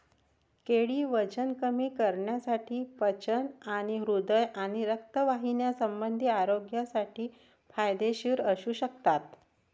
केळी वजन कमी करण्यासाठी, पचन आणि हृदय व रक्तवाहिन्यासंबंधी आरोग्यासाठी फायदेशीर असू शकतात